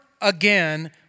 again